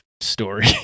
story